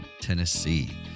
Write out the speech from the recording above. Tennessee